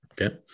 Okay